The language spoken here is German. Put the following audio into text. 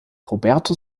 roberto